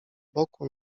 boku